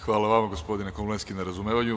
Hvala vama, gospodine Komlenski na razumevanju.